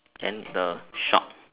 then the shop